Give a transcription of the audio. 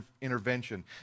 intervention